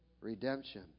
redemption